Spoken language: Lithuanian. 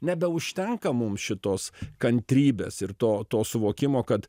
nebeužtenka mum šitos kantrybės ir to to suvokimo kad